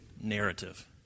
narrative